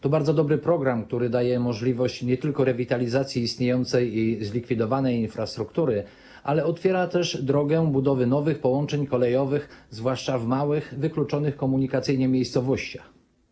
To bardzo dobry program, który daje możliwość nie tylko rewitalizacji istniejącej i zlikwidowanej infrastruktury, ale otwiera też drogę do budowy nowych połączeń kolejowych, zwłaszcza w małych, wykluczonych komunikacyjnie miejscowościach.